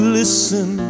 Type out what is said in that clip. listen